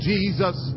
Jesus